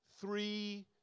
three